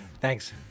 thanks